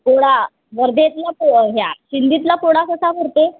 पोळा वर्धेतला पो ह्या सिंदीतला पोळा कसा भरते